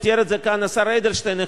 ותיאר את זה כאן השר אדלשטיין,